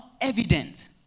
evident